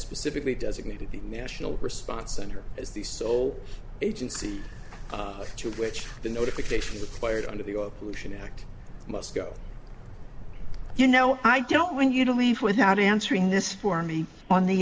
specifically designated the national response center as the sole agency to which the notification required under the oil pollution act must go you know i don't want you to leave without answering this for me on the